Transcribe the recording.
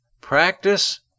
Practice